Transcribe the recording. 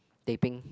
teh peng